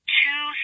two